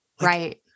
Right